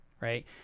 right